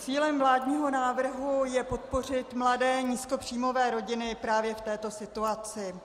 Cílem vládního návrhu je podpořit mladé nízkopříjmové rodiny právě v této situaci.